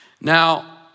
Now